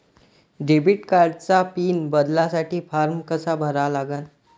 Debit कार्डचा pin बदलासाठी form कसा भरा लागन?